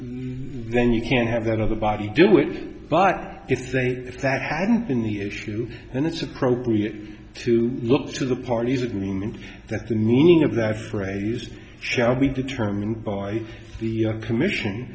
then you can't have that other body do it but if they if that hadn't been the issue and it's appropriate to look to the parties that mean that the meaning of that phrase shall be determined by the commission